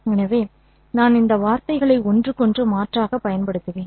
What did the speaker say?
எனவே நான் இந்த வார்த்தைகளை ஒன்றுக்கொன்று மாற்றாகப் பயன்படுத்துவேன்